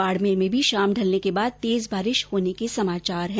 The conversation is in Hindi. बाडमेर में भी शाम ढलने के बाद तेज बारिश होने के समाचार है